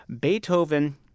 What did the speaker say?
Beethoven